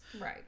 Right